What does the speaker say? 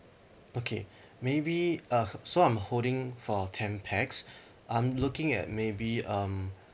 okay maybe uh so I'm holding for ten pax I'm looking at maybe um